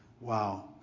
wow